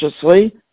consciously